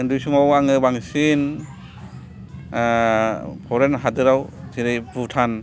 उन्दै समाव आङो बांसिनफरेइन हादोराव जेरै भुटान